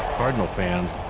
cardinal fans,